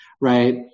right